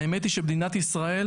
האמת היא שבמדינת ישראל,